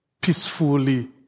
peacefully